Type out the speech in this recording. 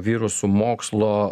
virusų mokslo